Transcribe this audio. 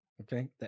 Okay